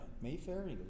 Mayfair